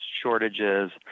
shortages